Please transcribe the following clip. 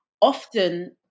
often